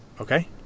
Okay